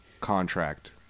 contract